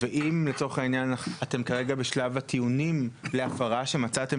ואם לצורך העניין אתם כרגע בשלב הטיעונים להפרה שמצאתם